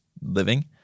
living